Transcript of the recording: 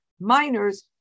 minors